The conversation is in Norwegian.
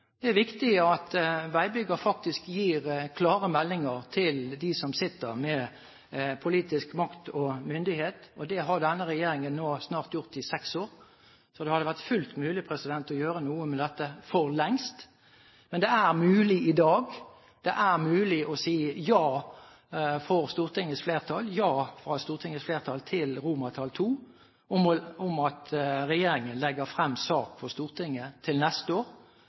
Det er viktig at veibyggeren faktisk gir klare meldinger til dem som sitter med politisk makt og myndighet. Det har denne regjeringen gjort i snart seks år, så det hadde vært fullt mulig å gjøre noe med dette for lengst. Det er mulig i dag, det er mulig for Stortingets flertall å si ja til II om at regjeringen legger frem sak for Stortinget til neste år